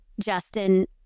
Justin